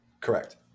Correct